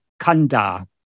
kanda